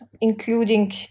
including